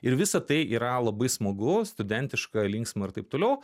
ir visa tai yra labai smagu studentiška linksma ir taip toliau